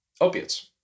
Opiates